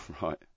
right